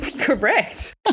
Correct